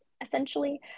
essentially